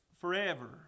forever